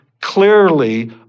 clearly